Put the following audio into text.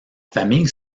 famille